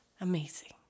Amazing